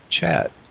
chat